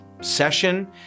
session